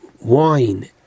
wine